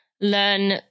learn